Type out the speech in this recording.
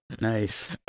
Nice